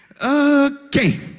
Okay